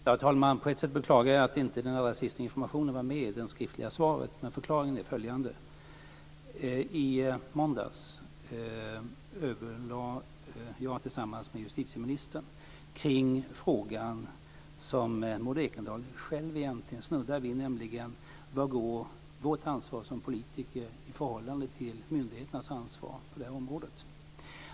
Herr talman! På ett sätt beklagar jag att inte den allra sista informationen var med i det skriftliga svaret. Förklaringen är följande. I måndags överlade jag tillsammans med justitieministern om frågan som Maud Ekendahl själv egentligen snuddade vid. Vad är vårt ansvar som politiker i förhållande till myndigheternas ansvar på det här området?